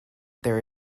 there